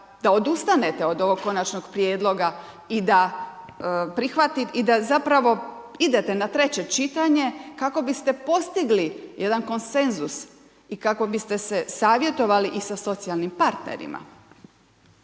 da odustanete od ovog Konačnog prijedloga i da zapravo idete na treće čitanje kako biste postigli jedan konsenzus i kako biste se savjetovali i sa socijalnim partnerima.